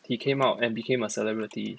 he came out and became a celebrity